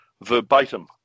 verbatim